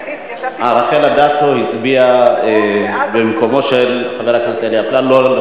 הצעת ועדת הפנים שהקריא חבר הכנסת בילסקי התקבלה.